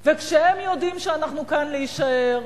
וכשהם יודעים שאנחנו כאן כדי להישאר,